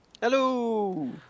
Hello